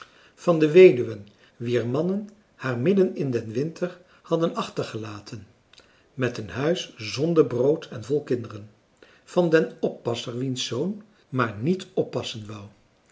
van de weduwen wier mannen haar midden in den winter hadden achtergelaten met een huis zonder brood en vol kinderen van den oppasser wiens zoon maar niet oppassen